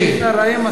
בוז'י,